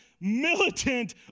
militant